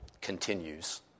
continues